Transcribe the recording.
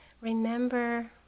Remember